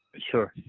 sure.